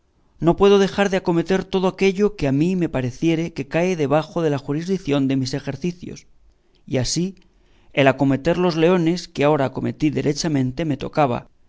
no puedo dejar de acometer todo aquello que a mí me pareciere que cae debajo de la juridición de mis ejercicios y así el acometer los leones que ahora acometí derechamente me tocaba